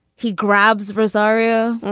he grabs rosario.